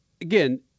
Again